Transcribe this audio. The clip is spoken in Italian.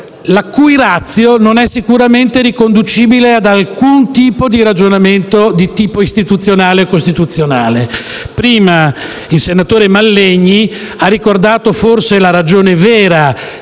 la cui *ratio* non è sicuramente riconducibile ad alcun tipo di ragionamento istituzionale o costituzionale. Prima il senatore Mallegni ha ricordato forse la ragione vera